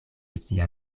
sia